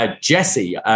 Jesse